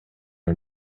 are